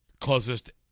closest